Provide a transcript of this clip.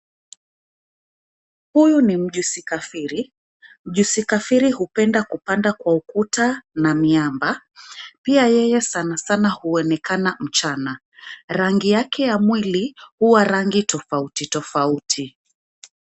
Huyu ni mjusi kafiri. Mjusi kafiri hupenda kupanda kwa ukuta na miamba. Pia yeye sana sana huonekana mchana, rangi yake ya mwili huwa rangi tofauti tofauti.